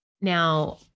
Now